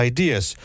Ideas